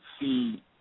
see